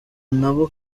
nabo